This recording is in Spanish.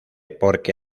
porque